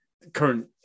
current